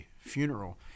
funeral